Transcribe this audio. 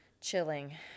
Chilling